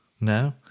No